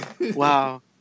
Wow